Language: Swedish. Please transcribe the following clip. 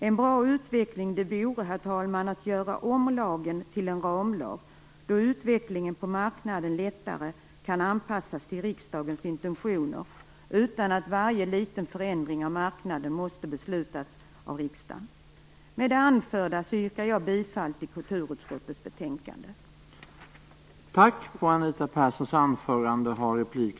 En bra utveckling vore att göra om lagen till en ramlag, då utvecklingen på marknaden då lättare kan anpassas till riksdagens intentioner utan att varje liten förändring av marknaden måste beslutas av riksdagen. Med det anförda yrkar jag bifall till kulturutskottets hemställan i betänkandet.